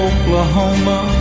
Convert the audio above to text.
Oklahoma